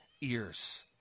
ears